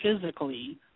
physically